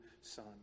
son